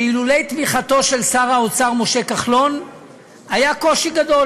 שאילולא תמיכתו של שר האוצר משה כחלון היה קושי גדול,